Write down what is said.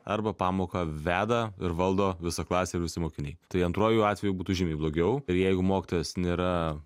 arba pamoką veda ir valdo visą klasę visi mokiniai tai antruoju atveju būtų žymiai blogiau ir jeigu mokytojas nėra